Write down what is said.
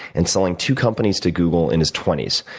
and selling two companies to google in his twenty s.